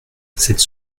cette